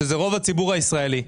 שזה רוב הציבור הישראלי,